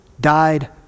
died